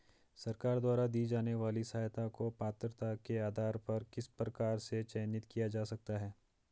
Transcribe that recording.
सरकार द्वारा दी जाने वाली सहायता को पात्रता के आधार पर किस प्रकार से चयनित किया जा सकता है?